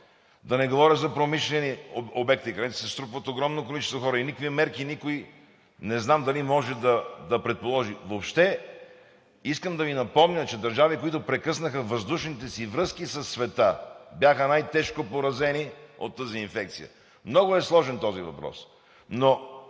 да не говоря за промишлените обекти, където се струпват огромно количество хора и никакви мерки! Не знам дали някой може да предположи. Въобще искам да Ви напомня, че държавите, които прекъснаха въздушните си връзки със света, бяха най-тежко поразени от тази инфекция. Много е сложен този въпрос. Но